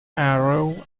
arrow